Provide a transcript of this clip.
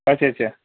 اچھا اچھا